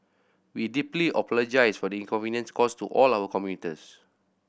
we deeply apologise for the inconvenience caused to all our commuters